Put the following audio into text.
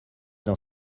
dans